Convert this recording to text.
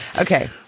Okay